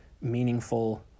meaningful